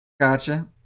Gotcha